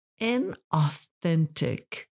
inauthentic